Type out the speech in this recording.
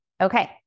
Okay